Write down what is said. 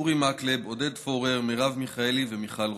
אורי מקלב, עודד פורר, מרב מיכאלי ומיכל רוזין.